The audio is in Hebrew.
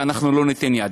ואנחנו לא ניתן לזה יד.